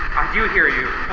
do hear you.